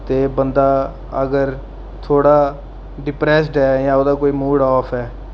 ते बंदा अगर थोह्ड़ा डिप्रैस्ड ऐ जां ओह्दा कोई मूड़ आफ ऐ